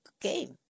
game